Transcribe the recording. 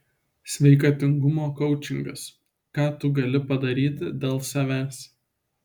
sveikatingumo koučingas ką tu gali padaryti dėl savęs